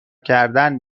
کردن